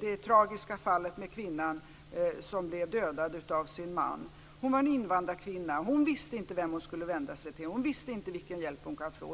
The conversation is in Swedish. det tragiska fallet med kvinnan som blev dödad av sin man. Hon var invandrarkvinna och visste inte vem hon skulle vända sig till och vilken hjälp hon kunde få.